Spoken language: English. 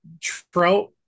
trout